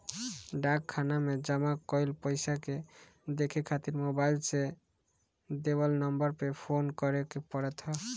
डाक खाना में जमा कईल पईसा के देखे खातिर मोबाईल से देवल नंबर पे फोन करे के पड़त ह